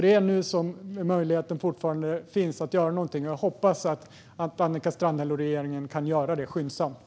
Det är nu möjligheten fortfarande finns att göra något, och jag hoppas att Annika Strandhäll och regeringen kan göra det skyndsamt.